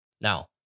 Now